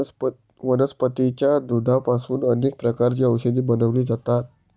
वनस्पतीच्या दुधापासून अनेक प्रकारची औषधे बनवली जातात